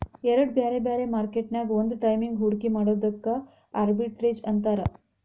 ಎರಡ್ ಬ್ಯಾರೆ ಬ್ಯಾರೆ ಮಾರ್ಕೆಟ್ ನ್ಯಾಗ್ ಒಂದ ಟೈಮಿಗ್ ಹೂಡ್ಕಿ ಮಾಡೊದಕ್ಕ ಆರ್ಬಿಟ್ರೇಜ್ ಅಂತಾರ